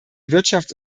wirtschafts